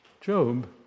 Job